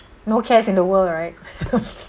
no cares in the world right